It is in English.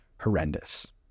horrendous